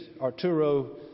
Arturo